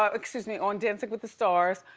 um excuse me, on dancing with the stars,